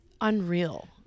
unreal